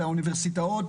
והאוניברסיטאות,